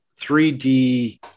3d